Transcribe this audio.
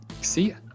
See